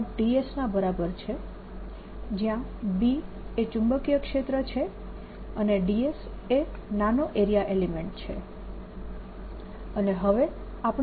dS ના બરાબર છે જ્યાં B એ ચુંબકીય ક્ષેત્ર છે અને dS એ નાનો એરિયા એલિમેન્ટ છે અને હવે આપણે આનું સંકલન કરીશું